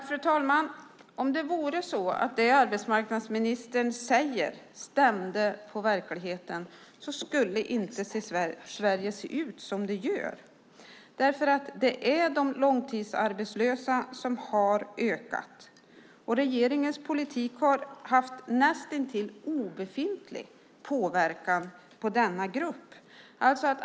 Fru talman! Om det vore så att det arbetsmarknadsministern säger stämde med verkligheten skulle inte Sverige se ut som det gör. Det är antalet långtidsarbetslösa som har ökat. Regeringens politik har haft näst intill obefintlig påverkan på denna grupp.